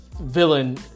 villain